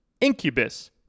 Incubus